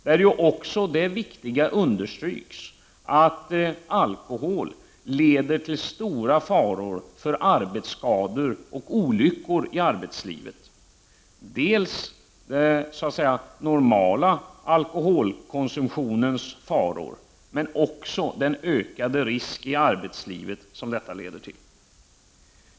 1989/90:26 sen, understryks att alkohol leder till stora faror för arbetsskador och 15 november 1989 olyckor i arbetslivet. Det gäller dels den ”normala” alkoholkonsumtionens. GG faror, dels den ökade risk i arbetslivet som alkoholkonsumtionen leder till.